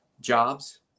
jobs